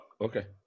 Okay